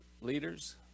leaders